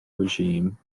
regime